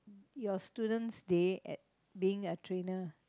your students day at being a trainer